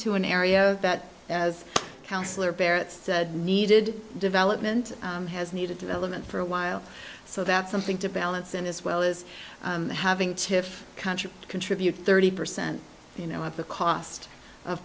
to an area that as councilor barrett said needed development has needed to element for a while so that's something to balance in as well as having tiff country contribute thirty percent you know up the cost of